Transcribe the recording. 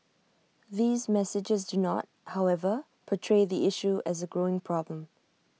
these messages do not however portray the issue as A growing problem